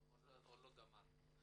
עוד לא גמרנו.